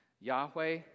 Yahweh